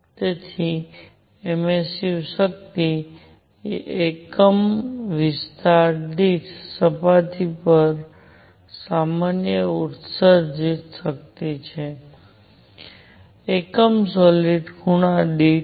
તેથી એમિસ્સીવ શક્તિ એ એકમ વિસ્તાર દીઠ સપાટી પર સામાન્ય ઉત્સર્જિત શક્તિ છે એકમ સોલીડ ખૂણા દીઠ